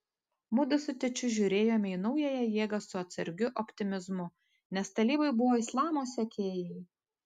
mudu su tėčiu žiūrėjome į naująją jėgą su atsargiu optimizmu nes talibai buvo islamo sekėjai